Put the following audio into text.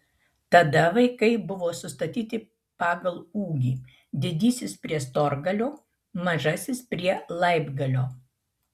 tada vaikai buvo sustatyti pagal ūgį didysis prie storgalio mažasis prie laibgalio